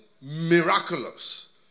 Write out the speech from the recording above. miraculous